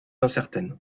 incertaine